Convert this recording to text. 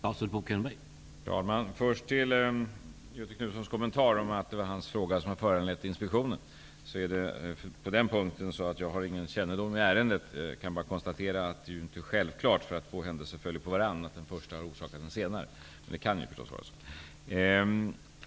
Herr talman! Först Göthe Knutsons kommentar, att det var hans fråga som hade föranlett inspektionen. På den punkten har jag ingen kännedom om ärendet. Jag kan bara konstatera att det när det gäller att två händelser följer på varandra inte är självklart att den första har orsakat den senare, men det kan ju förstås vara så.